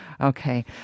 Okay